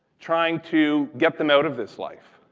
trying to get them out of this life,